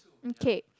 okay